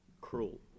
cruel